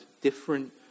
different